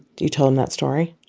you told him that story?